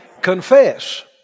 Confess